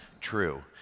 true